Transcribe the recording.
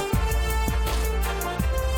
הישיבה הבאה תתקיים מחר, יום שלישי,